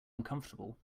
uncomfortable